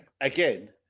again